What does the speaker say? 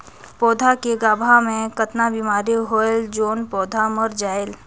पौधा के गाभा मै कतना बिमारी होयल जोन पौधा मर जायेल?